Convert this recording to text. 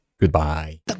goodbye